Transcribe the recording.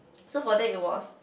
so for that it was